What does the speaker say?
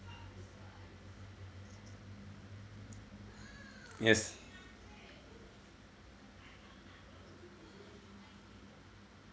yes